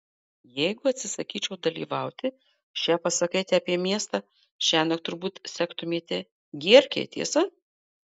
jeigu atsisakyčiau dalyvauti šią pasakaitę apie miestą šiąnakt turbūt sektumėte gierkei tiesa